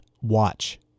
Watch